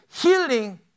healing